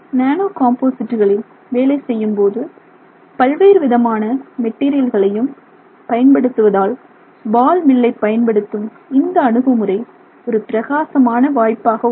நானோகாம்போசிட்டுகளில் வேலை செய்யும்போது பல்வேறு விதமான மெட்டெரியல்களையும் பயன்படுத்துவதால் பால் மில்லை பயன்படுத்தும் இந்த அணுகு முறை ஒரு பிரகாசமான வாய்ப்பாக உள்ளது